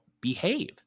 behave